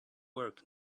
work